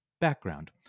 background